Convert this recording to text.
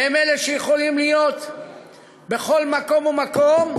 והם אלה שיכולים להיות בכל מקום ומקום,